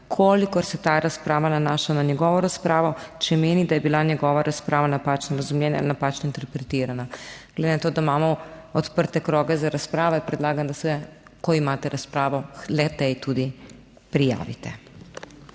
kolikor se ta razprava nanaša na njegovo razpravo, če meni, da je bila njegova razprava napačno razumljena ali napačno interpretirana. Glede na to, da imamo odprte kroge za razpravo, predlagam, da se, ko imate razpravo, k le-tej tudi prijavite.